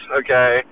okay